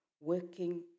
working